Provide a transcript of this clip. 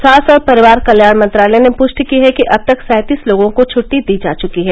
स्वास्थ्य और परिवार कल्याण मंत्रालय ने पुष्टि की है कि अब तक सैंतीस लोगों को छुट्टी दी जा चुकी है